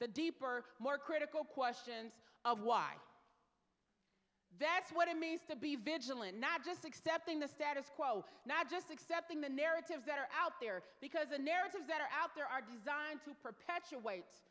the deeper more critical questions of why that's what it means to be vigilant not just accepting the status quo not just accepting the narratives that are out there because the narratives that are out there are designed to perpetuate